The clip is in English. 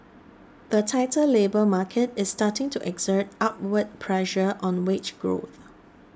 the tighter labour market is starting to exert upward pressure on wage growth